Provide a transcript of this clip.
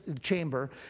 chamber